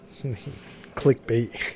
Clickbait